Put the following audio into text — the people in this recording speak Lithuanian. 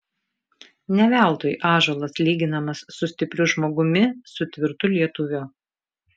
ne veltui ąžuolas lyginamas su stipriu žmogumi su tvirtu lietuviu